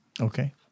Okay